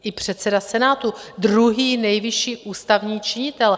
I předseda Senátu druhý nejvyšší ústavní činitel.